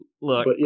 Look